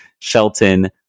Shelton